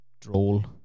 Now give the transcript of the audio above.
droll